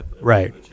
Right